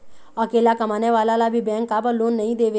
अकेला कमाने वाला ला भी बैंक काबर लोन नहीं देवे?